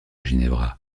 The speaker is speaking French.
ginevra